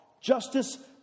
Justice